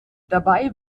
dabei